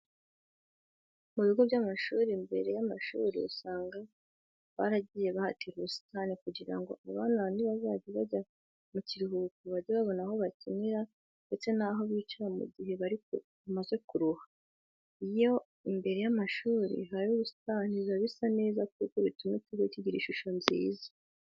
Mu bigo by'amashuri imbere y'amashuri usanga baragiye bahatera ubusitani kugira ngo abana nibazajya bajya mu kiruhuko bajye babona aho bakinira ndetse n'aho bicara mu gihe bamaze kuruha. Iyo imbere y'amashuri hari ubusitani biba bisa neza kuko bituma ikigo kigira ishusho nziza.